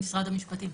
משרד המשפטים.